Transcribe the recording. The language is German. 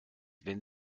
wenn